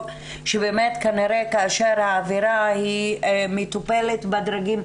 שבאמת כנראה כאשר העבירה מטופלת בדרגים,